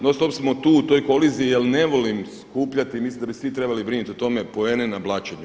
Non stop smo tu u toj koliziji jer ne volim skupljati i mislim da bi svi trebali brinut u tome poene na blaćenju.